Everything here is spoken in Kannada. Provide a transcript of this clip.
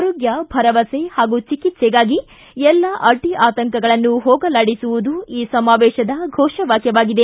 ಆರೋಗ್ಯ ಭರವಸೆ ಹಾಗೂ ಚಿಕಿತ್ಸೆಗಾಗಿ ಎಲ್ಲ ಅಡ್ಡಿ ಆತಂಕಗಳನ್ನು ಹೊಗಲಾಡಿಸುವುದು ಈ ಸಮಾವೇಶದ ಘೋಷ ವಾಕ್ಷವಾಗಿದೆ